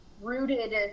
rooted